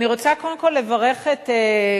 אני רוצה קודם כול לברך את קודמי,